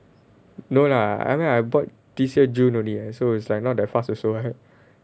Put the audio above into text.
no lah I mean I bought this year june only eh so it's like not that fast also right